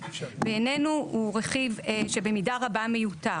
בעיננו הוא רכיב שבמידה רבה מיותר.